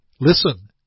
Listen